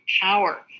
power